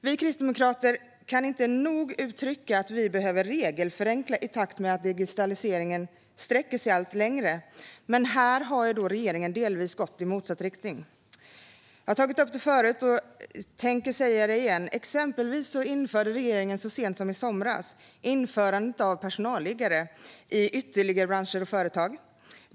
Vi kristdemokrater kan inte nog uttrycka att vi behöver regelförenkla i takt med att digitaliseringen sträcker sig allt längre. Men här har regeringen delvis gått i motsatt riktning. Jag har tagit upp det förut och tänker säga det igen. Exempelvis införde regeringen så sent som i somras personalliggare i ytterligare branscher och företag.